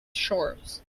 shores